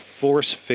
force